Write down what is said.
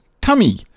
tummy